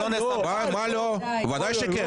ודאי שכן.